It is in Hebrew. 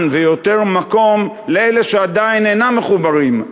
ויותר מקום לאלה שעדיין אינם מחוברים,